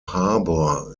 harbour